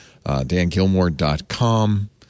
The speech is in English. DanGilmore.com